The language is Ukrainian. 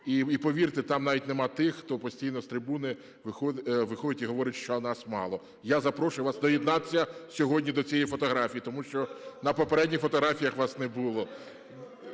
І, повірте, там навіть нема тих, хто постійно з трибуни виходить і говорить, що нас мало. Я запрошую вас доєднатися сьогодні до цієї фотографії. Тому що на попередніх фотографіях вас не було.